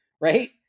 right